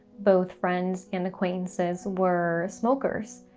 both friends and acquaintances, were smokers.